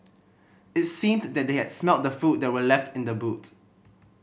it seemed that they had smelt the food that were left in the boot